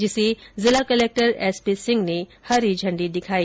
इसे जिला collector S P Singh ने हरी झण्डी दिखाई